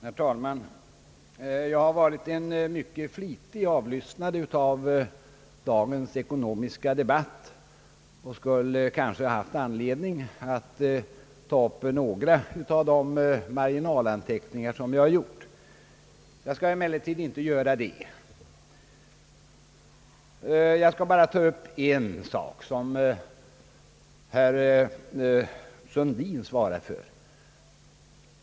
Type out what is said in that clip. Herr talman! Jag har varit en mycket trägen avlyssnare av dagens ekonomiska debatt och skulle kanske ha haft anledning att här ta upp några av de marginalanteckningar som jag har gjort. Jag skall emellertid inte göra det. Jag skall bara helt kort beröra en sak, som herr Sundin svarar för.